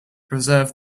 preserve